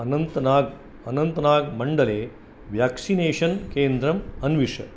अनन्तनाग् अनन्तनाग्मण्डले वैक्सीनेषन् केन्द्रम् अन्विष